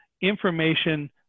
information